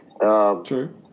True